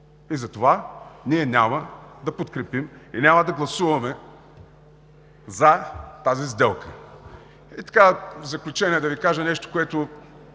и затова ние няма да подкрепим и няма да гласуваме за тази сделка. В заключение, да Ви кажа нещо, което